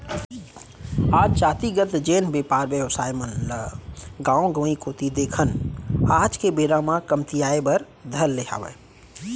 आज जातिगत जेन बेपार बेवसाय मन ल गाँव गंवाई कोती देखन आज के बेरा म कमतियाये बर धर ले हावय